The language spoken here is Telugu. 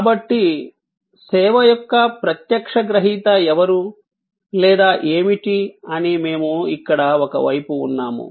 కాబట్టి సేవ యొక్క ప్రత్యక్ష గ్రహీత ఎవరు లేదా ఏమిటి అని మేము ఇక్కడ ఒక వైపు ఉన్నాము